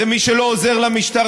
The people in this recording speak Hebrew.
זה שמי שלא עוזר למשטרה,